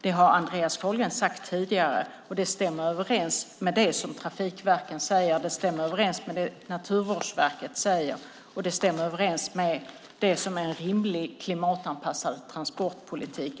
Det har Andreas Carlgren sagt tidigare, och det stämmer överens med det som trafikverken och Naturvårdsverket säger. Det stämmer också överens med det som jag utgår från är en rimlig klimatanpassad transportpolitik.